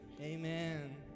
Amen